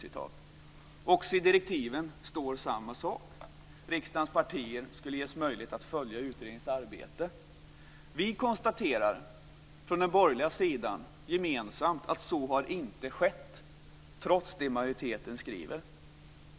I direktiven står samma sak, att riksdagens partier ska ges möjlighet att följa utredningens arbete. På den borgerliga sidan konstaterar vi gemensamt att så har inte skett, trots vad majoriteten skriver.